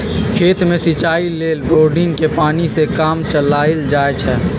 खेत में सिचाई लेल बोड़िंगके पानी से काम चलायल जाइ छइ